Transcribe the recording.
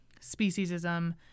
speciesism